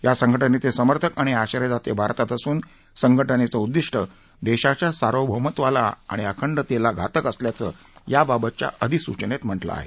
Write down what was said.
या संघटनेचे समर्थक आणि आश्रयदाते भारतात असून संघटनेचे उद्दिष्ट देशाच्या सार्वभौमत्वाला आणि अखंडतेला घातक असल्याचं याबाबतच्या अधिसूचनेत म्हटलं आहे